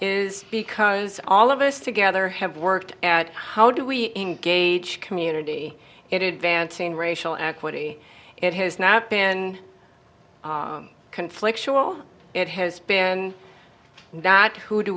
is because all of us together have worked at how do we engage community in advancing racial equity it has now been conflictual it has been that who do